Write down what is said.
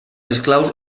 esclaus